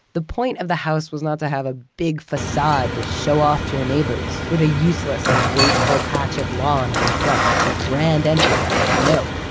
the point of the house was not to have a big facade to show off to your neighbors, with a useless and wasteful patch of lawn in the front and a grand entryway. no,